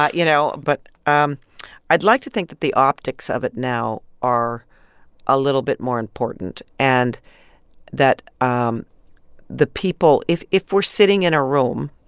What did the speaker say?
ah you know? but um i'd like to think that the optics of it now are a little bit more important and that um the people if if we're sitting in a room